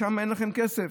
שם אין לכם כסף.